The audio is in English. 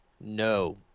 no